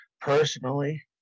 Personally